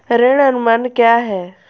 ऋण अनुमान क्या है?